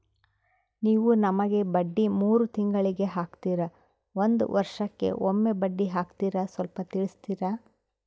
ನೀವು ನಮಗೆ ಬಡ್ಡಿ ಮೂರು ತಿಂಗಳಿಗೆ ಹಾಕ್ತಿರಾ, ಒಂದ್ ವರ್ಷಕ್ಕೆ ಒಮ್ಮೆ ಬಡ್ಡಿ ಹಾಕ್ತಿರಾ ಸ್ವಲ್ಪ ತಿಳಿಸ್ತೀರ?